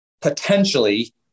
potentially